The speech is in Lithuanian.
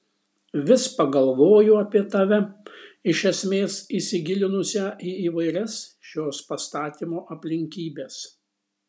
vis pagalvoju apie tave iš esmės įsigilinusią į įvairias šios pastatymo aplinkybes